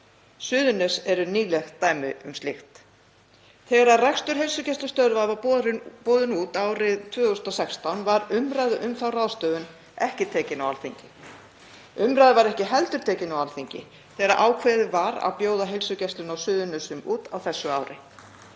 Suðurnes eru nýlegt dæmi um slíkt. Þegar rekstur heilsugæslustöðvarinnar var boðinn út árið 2016 var umræða um þá ráðstöfun ekki tekin á Alþingi. Umræða var ekki heldur tekin á Alþingi þegar ákveðið var að bjóða rekstur heilsugæslu á Suðurnesjum út á þessu ári.